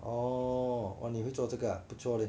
哦你会做这个不错嘞